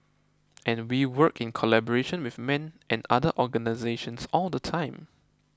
and we work in collaboration with men and other organisations all the time